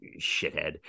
shithead